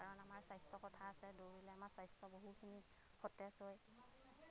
কাৰণ আমাৰ স্বাস্থ্যৰ কথা আছে দৌৰিলে আমাৰ স্ৱাস্থ্যৰ বহুখিনি সতেজ হয়